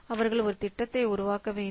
அவர்கள் ஒரு திட்டத்தை உருவாக்க வேண்டும்